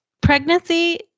pregnancy